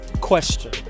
question